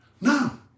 Now